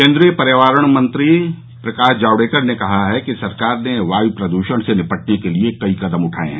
केन्द्रीय पर्यावरण मंत्री प्रकाश जावडेकर ने कहा है कि सरकार ने वायु प्रदूषण से निपटने के लिए कई कदम उठाए हैं